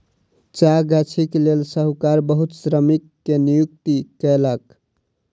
चाह गाछीक लेल साहूकार बहुत श्रमिक के नियुक्ति कयलक